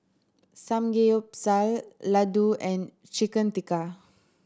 Samgeyopsal Ladoo and Chicken Tikka